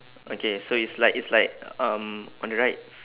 okay so it's like it's like um on the right